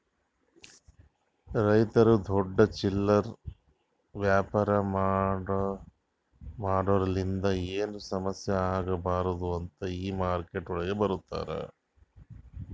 ರೈತುರು ದೊಡ್ಡ ಚಿಲ್ಲರೆ ವ್ಯಾಪಾರ ಮಾಡೋರಲಿಂತ್ ಏನು ಸಮಸ್ಯ ಆಗ್ಬಾರ್ದು ಅಂತ್ ಈ ಮಾರ್ಕೆಟ್ಗೊಳ್ ಮಾಡ್ಯಾರ್